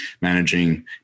managing